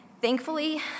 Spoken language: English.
Thankfully